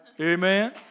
Amen